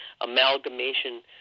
amalgamation